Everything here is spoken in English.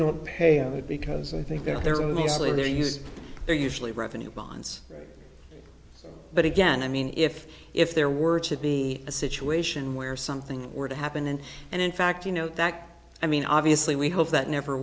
don't pay on it because i think there are these ladies are usually revenue bonds but again i mean if if there were to be a situation where something were to happen and and in fact you know that i mean obviously we hope that never